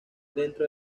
dentro